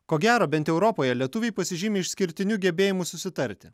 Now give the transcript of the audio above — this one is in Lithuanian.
ko gero bent europoje lietuviai pasižymi išskirtiniu gebėjimu susitarti